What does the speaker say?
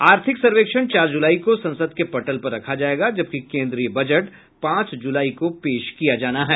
आर्थिक सर्वेक्षण चार जुलाई को संसद के पटल पर रखा जाएगा जबकि केन्द्रीय बजट पांच जुलाई को पेश किया जाना है